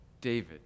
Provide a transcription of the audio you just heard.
David